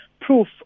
proof